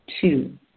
Two